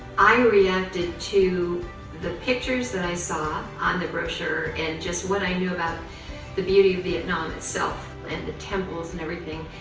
i um reacted to the pictures that i saw on the brochure and just what i knew about the beauty of vietnam itself and the temples and everything